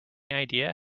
idea